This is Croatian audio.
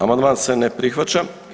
Amandman se ne prihvaća.